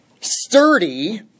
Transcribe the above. sturdy